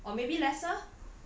一百块